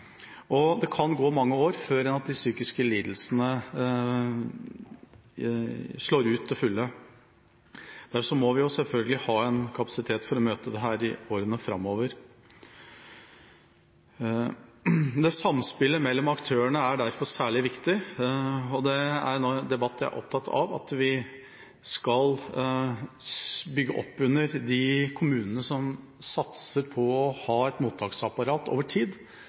Det kan gå mange år før de psykiske lidelsene slår ut for fullt. Derfor må vi ha kapasitet for å møte dette i åra framover. Samspillet mellom aktørene er derfor særlig viktig, og en debatt jeg er opptatt av, er at vi skal bygge opp under de kommunene som satser på å ha et mottaksapparat over tid,